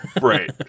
Right